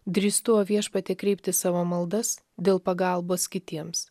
drįstų o viešpatie kreipti savo maldas dėl pagalbos kitiems